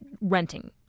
renting